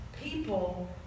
people